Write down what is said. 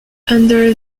under